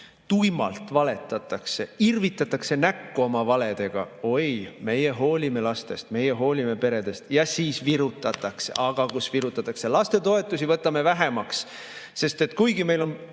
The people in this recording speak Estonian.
Tuimalt valetatakse, irvitatakse näkku oma valedega. "Oi, meie hoolime lastest, meie hoolime peredest." Ja siis virutatakse, aga kus virutatakse! Lastetoetusi võtame vähemaks. Kuigi meil on